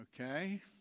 Okay